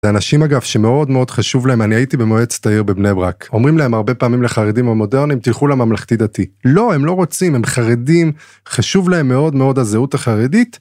אנשים אגב שמאוד מאוד חשוב להם... אני הייתי במועצת העיר בבני ברק, אומרים להם הרבה פעמים לחרדים המודרניים, תלכו לממלכתי דתי. לא, הם לא רוצים, הם חרדים, חשוב להם מאוד מאוד הזהות החרדית.